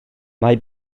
mae